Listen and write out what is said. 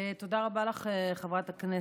תודה רבה לך, חברת הכנסת.